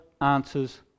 answers